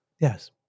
Yes